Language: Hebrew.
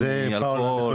מאלכוהול?